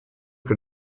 che